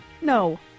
No